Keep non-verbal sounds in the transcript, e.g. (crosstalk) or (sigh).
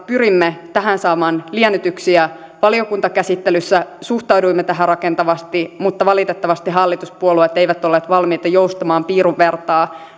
(unintelligible) pyrimme tähän saamaan liennytyksiä valiokuntakäsittelyssä suhtauduimme tähän rakentavasti mutta valitettavasti hallituspuolueet eivät olleet valmiita joustamaan piirun vertaa (unintelligible)